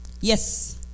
Yes